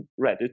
Reddit